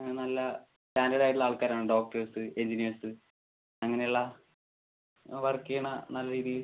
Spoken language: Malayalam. നല്ല സ്റ്റാൻഡേർഡ് ആയിട്ടുള്ള ആൾക്കാരാണ് ഡോക്ടേഴ്സ് എൻജിനിയേഴ്സ് അങ്ങനെ ഉള്ള വർക്ക് ചെയ്യുന്ന നല്ല രീതിയിൽ